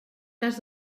cas